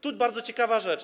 Tu bardzo ciekawa rzecz.